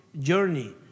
journey